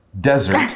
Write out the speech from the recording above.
desert